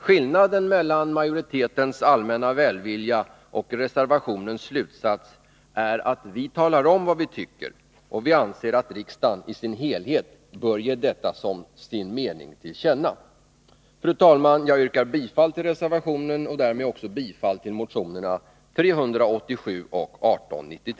Skillnaden mellan majoritetens allmänna välvilja och reservationens slutsats är att vi talar om vad vi tycker, och vi anser att riksdagen i sin helhet bör ge detta som sin mening till känna. N Fru talman! Jag yrkar bifall till reservationen och därmed också bifall till